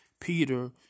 Peter